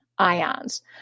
ions